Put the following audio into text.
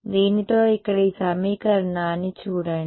దీనితో ఇక్కడ ఈ సమీకరణాన్ని చూడండి